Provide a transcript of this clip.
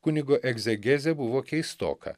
kunigo egzegezė buvo keistoka